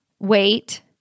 wait